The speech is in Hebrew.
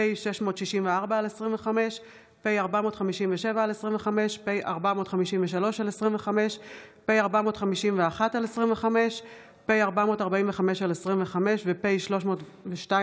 הצעת חוק לתיקון פקודת התעבורה